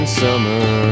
summer